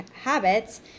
habits